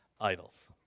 idols